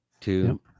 two